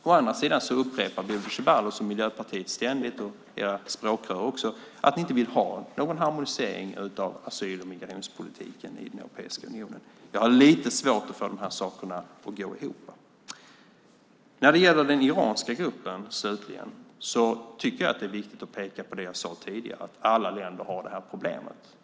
Å andra sidan upprepar Bodil Ceballos och Miljöpartiet ständigt - era språkrör också - att ni inte vill ha någon harmonisering av asyl och migrationspolitiken i Europeiska unionen. Jag har lite svårt att få de här sakerna att gå ihop. När det gäller den iranska gruppen, slutligen, tycker jag att det är viktigt att peka på det jag sade tidigare: Alla länder har det här problemet.